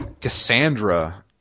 Cassandra